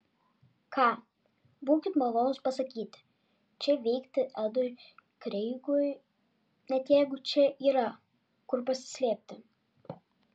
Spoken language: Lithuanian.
ką būkit malonūs pasakyti čia veikti edui kreigui net jeigu čia yra kur pasislėpti